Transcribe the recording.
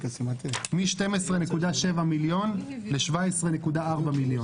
מ-12.7 מיליון ל-17.4 מיליון.